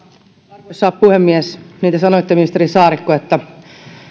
arvoisa puhemies te sanoitte ministeri saarikko että